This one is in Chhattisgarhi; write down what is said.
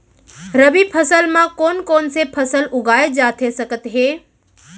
रबि फसल म कोन कोन से फसल उगाए जाथे सकत हे?